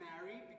married